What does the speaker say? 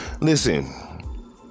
Listen